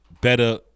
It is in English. better